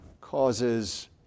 causes